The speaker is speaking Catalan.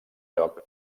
lloc